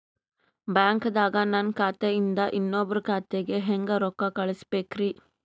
ಬ್ಯಾಂಕ್ದಾಗ ನನ್ ಖಾತೆ ಇಂದ ಇನ್ನೊಬ್ರ ಖಾತೆಗೆ ಹೆಂಗ್ ರೊಕ್ಕ ಕಳಸಬೇಕ್ರಿ?